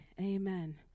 Amen